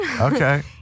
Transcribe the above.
Okay